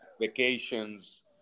vacations